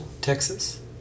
Texas